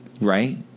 Right